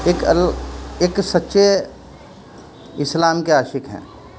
ایک ال ایک سچے اسلام کے عاشق ہیں